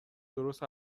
درست